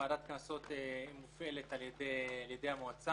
ועדת הקנסות מופעלת על ידי המועצה,